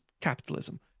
capitalism